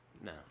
No